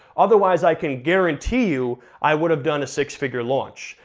otherwise i can guarantee you i would have done a six figure launch.